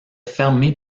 fermée